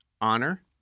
honor